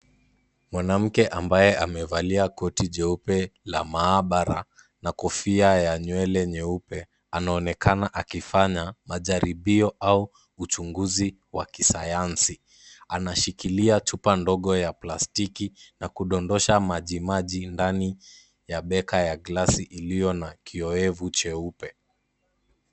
Mwanamke ambaye amevalia koti jeupe la maabara na kofia ya nywele nyeupe, anaonekana akifanya majaribio au uchunguzi wa kisayansi. Anashikilia chupa ndogo ya plastiki na kudondosha majimaji ndani ya beka ya glasi iliyo na kiyoyevu cheupe.